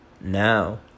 Now